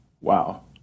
Wow